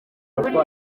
buryo